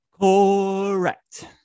Correct